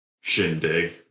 shindig